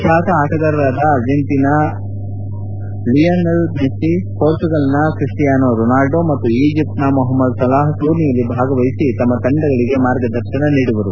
ಖ್ವಾತ ಆಟಗಾರರಾದ ಅರ್ಜೆಂಟೀನಾದ Lionel Messi ಮೋರ್ಚುಗಲ್ನ ಕ್ರಿಸ್ಟಿಯಾನೊ ರೊನಾಲ್ಡೊ ಮತ್ತು ಈಜಿಪ್ಟನ ಮೊಹಮದ್ ಸಲಾಹ್ ಟೂರ್ನಿಯಲ್ಲಿ ಭಾಗವಹಿಸಿ ತಮ್ಮ ತಂಡಗಳಿಗೆ ಮಾರ್ಗದರ್ಶನ ನೀಡುವರು